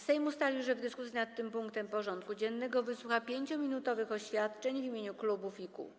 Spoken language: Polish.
Sejm ustalił, że w dyskusji nad tym punktem porządku dziennego wysłucha 5-minutowych oświadczeń w imieniu klubów i kół.